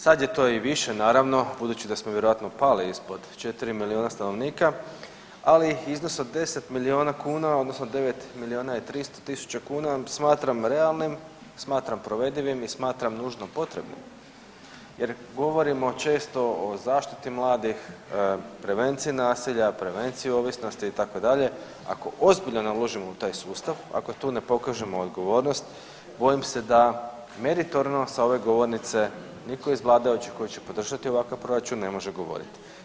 Sad je to i više, naravno, budući da smo vjerojatno pali ispod 4 milijuna stanovnika, ali iznos od 10 milijuna kuna, odnosno 9 300 000 kuna smatram realnim, smatram provedivim i smatram nužno potrebnim jer govorimo često o zaštiti mladih, prevenciji nasilja, prevenciji ovisnosti, itd., ako ozbiljno ne uložimo u taj sustav, ako tu ne pokažemo odgovornost, bojim se da meritorno sa ove govornice nitko iz vladajućih koji će podržati ovakav proračun, ne može govoriti.